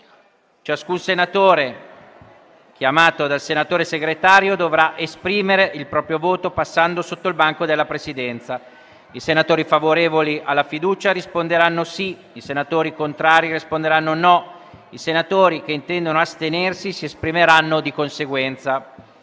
Ciascun senatore chiamato dal senatore Segretario dovrà esprimere il proprio voto passando innanzi al banco della Presidenza. I senatori favorevoli alla fiducia risponderanno sì; i senatori contrari risponderanno no; i senatori che intendono astenersi si esprimeranno di conseguenza.